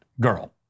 girl